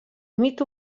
límit